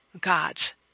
God's